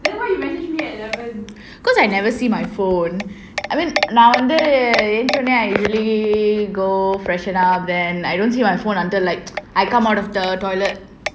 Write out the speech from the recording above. because I never see my phone I mean நான் வந்து:naan vandhu I usually go freshen up then I don't see my phone until like I come out of the toilet